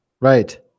right